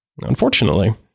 Unfortunately